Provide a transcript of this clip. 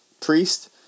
Priest